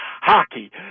hockey